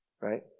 right